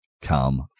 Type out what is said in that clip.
come